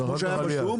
כמו שהיה בשום,